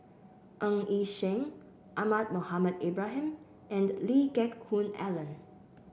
Ng Yi Sheng Ahmad Mohamed Ibrahim and Lee Geck Hoon Ellen